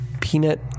peanut